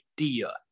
idea